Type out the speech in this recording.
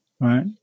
Right